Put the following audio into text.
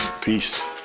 Peace